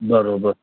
बराबरि